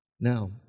now